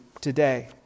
today